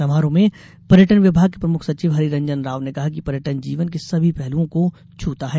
समारोह में पर्यटन विभाग के प्रमुख सचिव हरिरंजन राव ने कहा कि पर्यटन जीवन के सभी पहलूओं को छूता है